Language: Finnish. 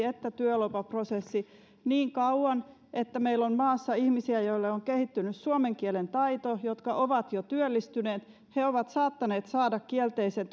että työlupaprosessi niin kauan että meillä on maassa ihmisiä joille on kehittynyt suomen kielen taito ja jotka ovat jo työllistyneet he ovat saattaneet saada kielteisen